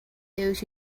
those